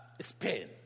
Spain